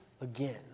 again